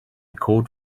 code